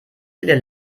viele